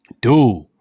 Dude